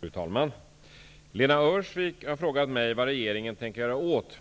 Fru talman! Lena Öhrsvik har frågat mig vad regeringen tänker göra åt